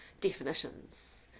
definitions